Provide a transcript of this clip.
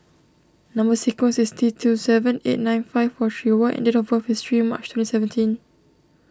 Number Sequence is T two seven eight nine five four three Y and date of birth is three March twenty seventeen